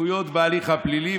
זכויות בהליך הפלילי,